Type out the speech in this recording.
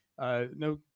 no